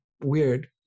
weird